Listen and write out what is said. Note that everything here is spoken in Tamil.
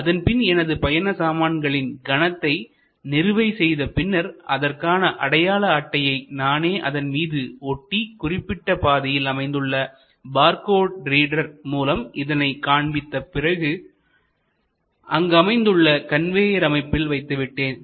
அதன்பின் எனது பயண சாமான்களின் கனத்தை நிறுவை செய்த பின்னர் அதற்கான அடையாள அட்டையை நானே அதன் மீது ஒட்டி குறிப்பிட்ட பாதையில் அமைந்துள்ள பார்கோட் ரீடர் முன் இதனை காண்பித்த பின் அங்கு அமைந்துள்ள கன்வேயர் அமைப்பில் வைத்துவிட்டேன்